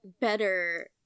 better